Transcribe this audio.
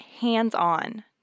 hands-on